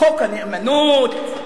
חוק הנאמנות,